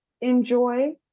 enjoy